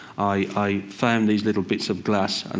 i found these little bits of glass. and